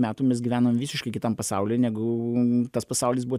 metų mes gyvename visiškai kitam pasauly negu tas pasaulis buvo